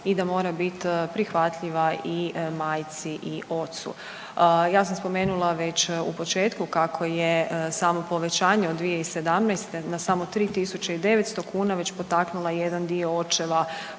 i da mora bit prihvatljiva i majci i ocu. Ja sam spomenula već u početku kako je samo povećanje od 2017. na samo 3.900 kuna već potaknula jedan dio očeva